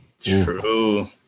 True